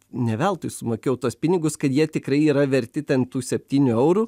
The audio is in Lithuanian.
ne veltui sumokėjau tuos pinigus kad jie tikrai yra verti ten tų septynių eurų